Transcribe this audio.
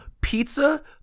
pizza